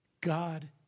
God